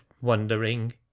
wondering